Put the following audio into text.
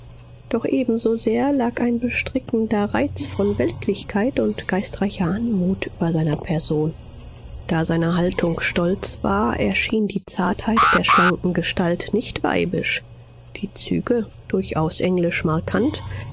doch ebensosehr lag ein bestrickender reiz von weltlichkeit und geistreicher anmut über seiner person da seine haltung stolz war erschien die zartheit der schlanken gestalt nicht weibisch die züge durchaus englisch